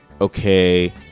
okay